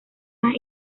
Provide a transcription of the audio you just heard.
más